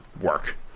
work